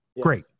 Great